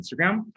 Instagram